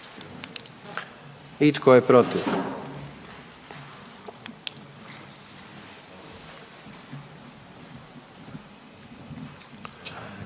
I tko je protiv?